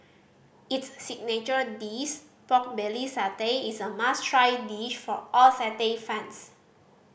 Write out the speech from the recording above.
its signature dish pork belly satay is a must try dish for all satay fans